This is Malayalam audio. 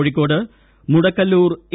കോഴിക്കോട് മുടക്കല്ലൂർ എ